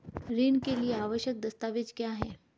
ऋण के लिए आवश्यक दस्तावेज क्या हैं?